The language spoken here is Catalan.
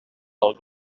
del